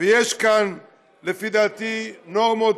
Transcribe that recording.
יש כאן לפי דעתי נורמות,